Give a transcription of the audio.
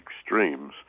extremes